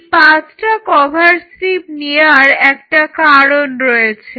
এই পাঁচটা cover slip নেওয়ার একটা কারণ রয়েছে